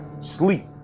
sleep